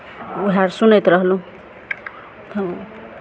उएह अर सुनैत रहलहुँ हँ